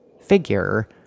figure